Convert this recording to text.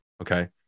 okay